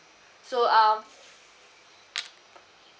so ah f~